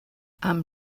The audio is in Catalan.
amb